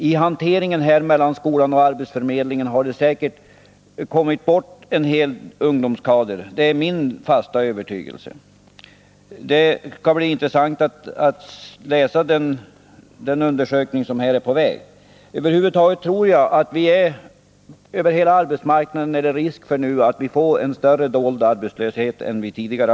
I hanteringen mellan skolan och arbetsförmedlingen har säkert en hel ungdomskader kommit bort. Det är min fasta övertygelse. Det skall bli intressant att läsa den undersökning som är på väg. Över huvud taget tror jag att det över hela arbetsmarknaden finns risk för en större dold arbetslöshet än tidigare.